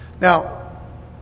Now